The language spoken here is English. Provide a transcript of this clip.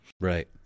Right